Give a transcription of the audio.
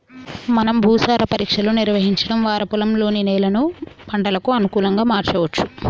మనం భూసార పరీక్షలు నిర్వహించడం వారా పొలంలోని నేలను పంటలకు అనుకులంగా మార్చవచ్చు